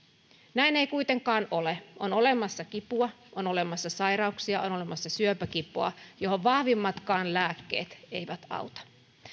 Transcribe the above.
näin ei kuitenkaan ole on olemassa kipua on olemassa sairauksia on olemassa syöpäkipua joihin vahvimmatkaan lääkkeet eivät auta